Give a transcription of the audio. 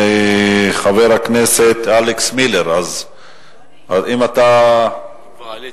ואלכס מילר, כבר עליתי.